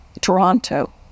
Toronto